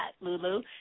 Lulu